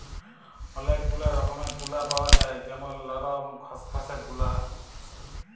ওলেক গুলা রকমের তুলা পাওয়া যায় যেমল লরম, খসখসে তুলা